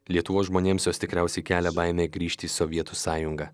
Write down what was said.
lietuvos žmonėms jos tikriausiai kelia baimę grįžti į sovietų sąjungą